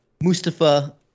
Mustafa